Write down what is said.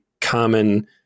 common